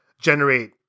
generate